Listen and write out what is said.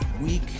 week